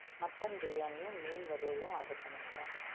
mutton பிரியாணியும் மீன் வறுவலும் ஆர்டர் பண்ணியிருந்தேன்